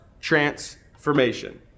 transformation